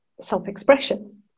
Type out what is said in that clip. self-expression